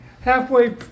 Halfway